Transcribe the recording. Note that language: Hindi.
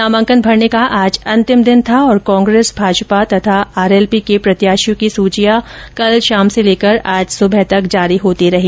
नामांकन भरने का आज अंतिम दिन था और कांग्रेस भाजपा तथा आरएलपी के प्रत्याशियों की सूचियां कल शाम से लेकर आज सुबह तक जारी होती रही